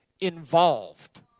involved